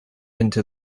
into